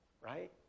right